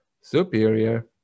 superior